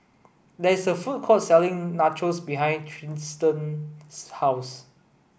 there is a food court selling Nachos behind Tristian's house